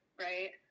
right